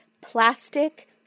plastic